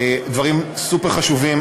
הדברים סופר-חשובים,